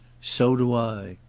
so do i!